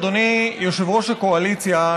אדוני יושב-ראש הקואליציה,